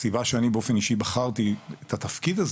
הסיבה שאני באופן אישי בחרתי את התפקיד הזה,